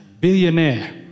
billionaire